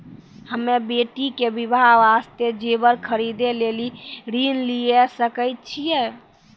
हम्मे बेटी के बियाह वास्ते जेबर खरीदे लेली ऋण लिये सकय छियै?